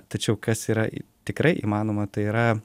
tačiau kas yra tikrai įmanoma tai yra